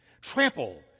Trample